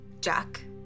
Jack